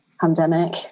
pandemic